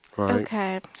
Okay